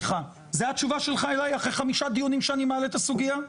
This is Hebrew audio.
זו התשובה שלך אליי אחרי חמישה דיונים שאני מעלה את הסוגיה?